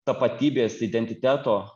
tapatybės identiteto